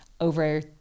over